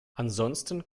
ansonsten